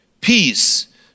peace